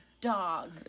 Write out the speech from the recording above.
Dog